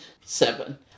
Seven